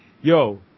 yo